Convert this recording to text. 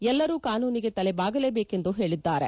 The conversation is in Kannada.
ಎಲ್ಲರೂ ಕಾನೂನಿಗೆ ತಲೆ ಬಾಗಲೇ ಬೇಕು ಎಂದು ಹೇಳಿದ್ದಾರೆ